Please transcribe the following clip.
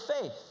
faith